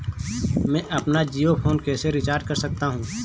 मैं अपना जियो फोन कैसे रिचार्ज कर सकता हूँ?